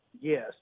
Yes